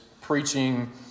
preaching